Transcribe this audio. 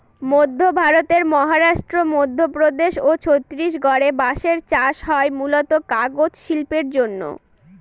মধ্য ভারতের মহারাষ্ট্র, মধ্যপ্রদেশ ও ছত্তিশগড়ে বাঁশের চাষ হয় মূলতঃ কাগজ শিল্পের জন্যে